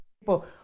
people